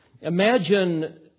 Imagine